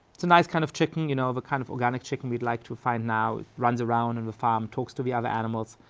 it's a nice kind of chicken, you know of a kind of organic chicken we'd like to find now, it runs around in the farm, talks to the other animals.